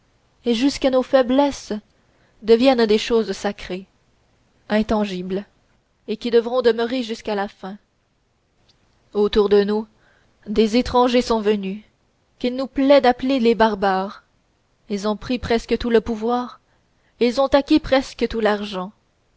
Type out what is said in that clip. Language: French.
et jusqu'à nos faiblesses deviennent des choses sacrées intangibles et qui devront demeurer jusqu'à la fin autour de nous des étrangers sont venus qu'il nous plaît d'appeler des barbares ils ont pris presque tout le pouvoir ils ont acquis presque tout l'argent